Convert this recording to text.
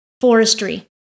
forestry